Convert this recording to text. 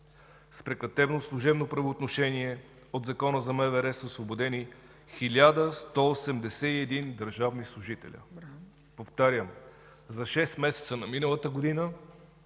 с прекратено служебно правоотношение по Закона за МВР са освободени 1181 държавни служители. Повтарям: за шест месеца на миналата година